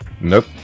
Nope